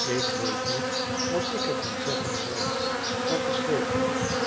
ik weet niet wat ik er van zeggen zal dat is zeken